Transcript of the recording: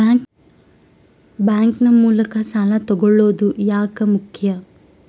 Bank ನ ಮೂಲಕ ಸಾಲ ತಗೊಳ್ಳೋದು ಯಾಕ ಮುಖ್ಯ?